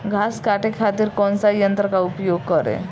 घास काटे खातिर कौन सा यंत्र का उपयोग करें?